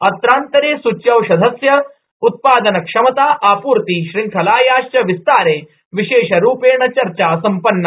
अत्रांतरे सूच्यौषधस्य उत्पादन क्षमता आपूर्ति श्रृंखलायाश्च विस्तारे विशेषरूपेण चर्चा सम्पन्ना